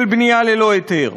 של בנייה ללא היתר.